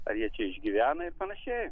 ar jie čia išgyvena ir panašiai